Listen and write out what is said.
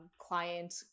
client